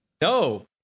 No